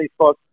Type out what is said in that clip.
Facebook